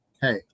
Hey